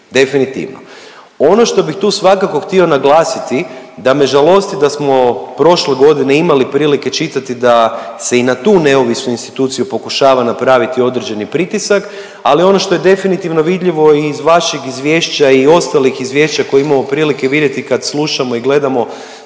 definitivno. Ono što bih tu svakako htio naglasiti da me žalosti da smo prošle godine imali prilike čitati da se i na tu neovisnu instituciju pokušava napraviti određeni pritisak, ali ono što je definitivno vidljivo i iz vašeg izvješća i ostalih izvješća koje imamo prilike vidjeti kad slušamo i gledamo